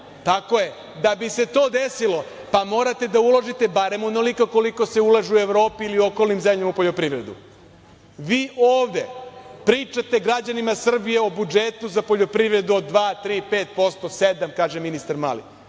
Tako je. Da bi se to desilo morate da uložite bar onoliko koliko se ulaže u Evropi ili okolnim zemljama u poljoprivredu. Vi ovde pričate građanima Srbije o budžetu za poljoprivredu od 2,3 5 %, kaže ministar Mali,